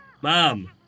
Mom